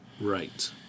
Right